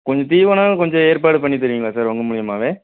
கொஞ்சம் தீவனம் கொஞ்சம் ஏற்பாடு பண்ணி தருவிங்களா சார் உங்கள் மூலியமாகவே